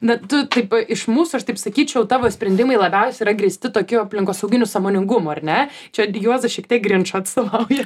bet tu taip iš mūsų aš taip sakyčiau tavo sprendimai labiausiai yra grįsti tokiu aplinkosauginiu sąmoningumu ar ne čia juozas šiek tiek grinčą atstovauja